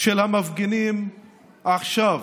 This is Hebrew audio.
של המפגינים עכשיו,